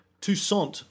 Toussaint